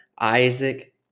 Isaac